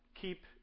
keep